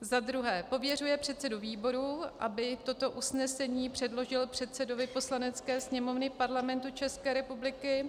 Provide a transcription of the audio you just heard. II. pověřuje předsedu výboru, aby toto usnesení předložil předsedovi Poslanecké sněmovny Parlamentu České republiky;